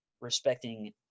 respecting